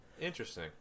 interesting